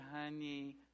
honey